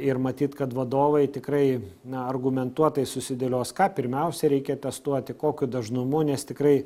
ir matyt kad vadovai tikrai na argumentuotai susidėlios ką pirmiausiai reikia testuoti kokiu dažnumu nes tikrai